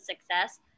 success